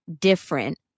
different